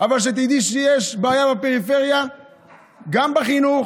שתדעי שיש בעיה בפריפריה גם בחינוך,